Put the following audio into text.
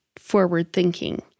forward-thinking